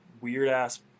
weird-ass